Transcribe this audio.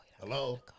Hello